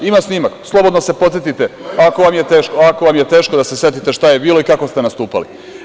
Ima snimak, slobodno se podsetite, ako vam je teško da se setite šta je bilo i kako ste nastupali.